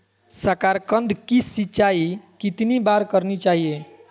साकारकंद की सिंचाई कितनी बार करनी चाहिए?